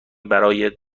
برای